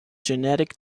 genetic